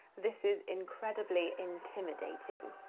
this is incredibly intimidating.